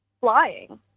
flying